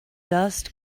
dust